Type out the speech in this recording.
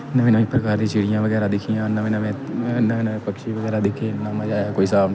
नमीं नमीं प्रकार दियां चिड़ियां बगैरा दिक्खियां नमें नमें नमें नमें पक्षी बगैरा दिक्खे इ'न्ना मजा आया कोई साह्ब नीं